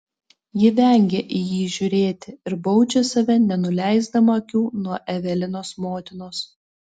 ji vengia į jį žiūrėti ir baudžia save nenuleisdama akių nuo evelinos motinos